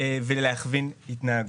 ולהכווין התנהגות.